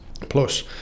plus